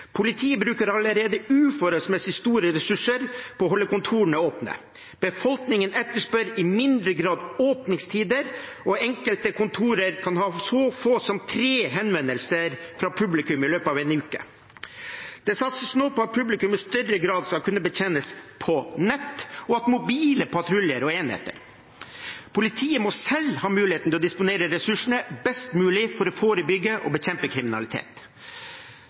Politiet bruker allerede uforholdsmessig store ressurser på å holde kontorene åpne. Befolkningen etterspør i mindre grad åpningstider, og enkelte kontorer kan ha så få som tre henvendelser fra publikum i løpet av en uke. Det satses nå på at publikum i større grad skal kunne betjenes på nett og av mobile patruljer og enheter. Politiet må selv ha muligheten til å disponere ressursene best mulig for å forebygge og bekjempe kriminalitet.